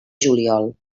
juliol